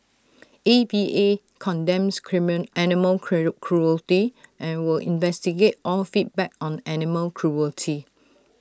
A V A condemns creamer animal cure cruelty and will investigate all feedback on animal cruelty